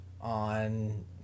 on